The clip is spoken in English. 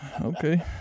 Okay